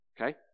okay